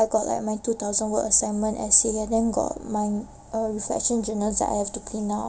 I got like my two thousand word assignment essay and then got my uh reflection journal that I have to clean up